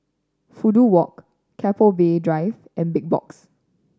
Fudu Walk Keppel Bay Drive and Big Box